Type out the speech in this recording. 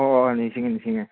ꯑꯣ ꯑꯣ ꯅꯤꯡꯁꯤꯡꯉꯦ ꯅꯤꯡꯁꯤꯡꯉꯦ